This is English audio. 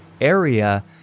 area